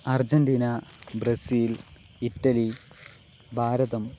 Argentina Brazil Italy Bharatam